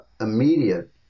immediate